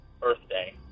birthday